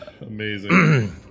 Amazing